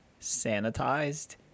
sanitized